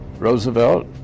Roosevelt